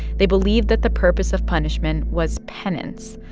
they believed that the purpose of punishment was penance.